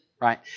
right